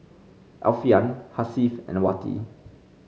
Alfian Hasif and Wati